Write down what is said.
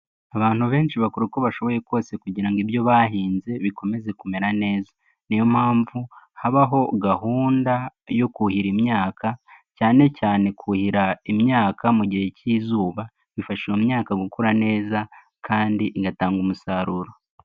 Abantu benshi bakora uko bashoboye kose kugira ngo ibyo bahinze bikomeze kumera neza. Niyo mpamvu habaho gahunda yo kuhira imyaka cyane cyane kuhira imyaka mu gihe cy'izuba, bifasha Imyaka gukura neza kandi ingatanga umusaruro.